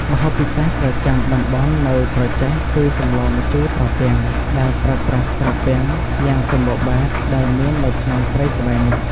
ម្ហូបពិសេសប្រចាំតំបន់នៅក្រចេះគឺសម្លម្ជូរត្រពាំង ដែលប្រើប្រាស់ត្រពាំងយ៉ាងសំបូរបែបដែលមាននៅក្នុងព្រៃក្បែរនោះ។